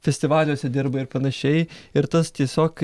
festivaliuose dirba ir panašiai ir tas tiesiog